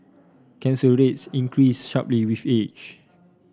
cancer rates increase sharply with age